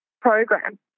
program